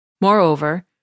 Moreover